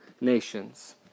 nations